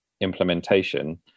implementation